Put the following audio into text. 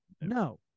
No